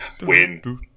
Win